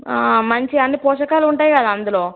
మంచిగా అన్ని పోషకాలు ఉంటాయి కదా అందులో